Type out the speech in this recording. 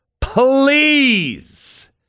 Please